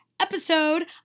episode